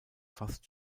fast